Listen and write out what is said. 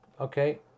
Okay